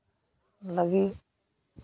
ᱞᱟᱹᱜᱤᱫ